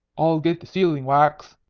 i'll get the sealing-wax,